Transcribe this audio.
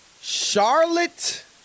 Charlotte